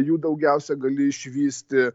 jų daugiausia gali išvysti